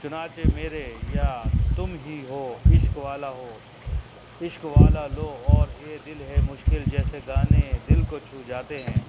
چنانچہ میرے یا تم ہی ہو عشق والا ہو عشق والا لو اور یہ دل ہے مشکل جیسے گانے دل کو چھو جاتے ہیں